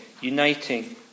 uniting